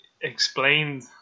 explained